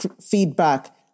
feedback